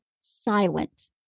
silent